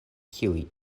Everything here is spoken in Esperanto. kiuj